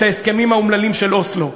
את ההסכמים האומללים של אוסלו,